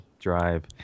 drive